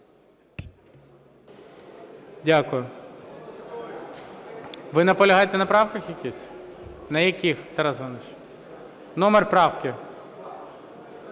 Дякую. Ви наполягаєте на правках якісь? На яких, Тарасе Івановичу? Номер правки?